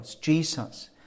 Jesus